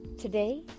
today